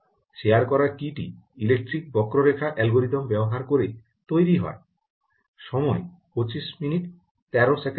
share করা কী টি ইলেকটিক বক্ররেখা অ্যালগরিদম ব্যবহার করে তৈরি হয় সময় 2513 দেখুন